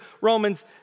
Romans